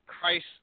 Christ